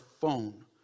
phone